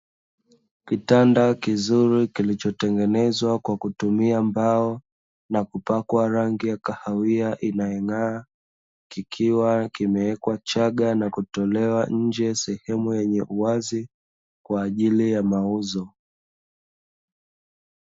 Kitanda kizuri kilichotengenezwa kwa kutumia mbao na kupakwa rangi ya kahawia inayong'aa kikiwa kimewekwa chaga na kutolewa nje sehemu yenye uwazi kwa ajili ya mauzo.